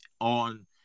on